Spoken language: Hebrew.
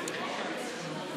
בבקשה.